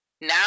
Now